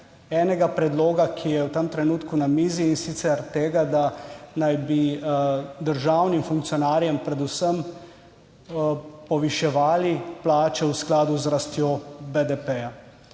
enega predloga, ki je v tem trenutku na mizi, in sicer tega, da naj bi državnim funkcionarjem predvsem poviševali plače v skladu z rastjo BDP.